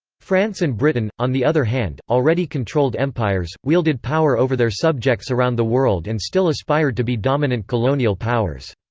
france and britain, on the other hand, already controlled empires, wielded power over their subjects around the world and still aspired to be dominant colonial powers.